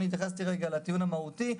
אני התייחסתי רגע לטיעון המהותי.